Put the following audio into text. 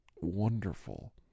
wonderful